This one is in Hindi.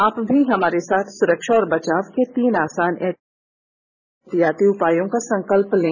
आप भी हमारे साथ सुरक्षा और बचाव के तीन आसान एहतियाती उपायों का संकल्प लें